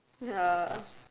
ya